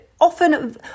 Often